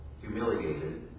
humiliated